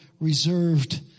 reserved